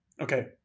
Okay